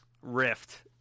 Rift